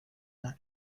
not